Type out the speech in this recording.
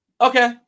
Okay